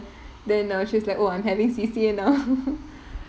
then uh she's like oh I'm having C_C_A now